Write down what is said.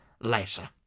later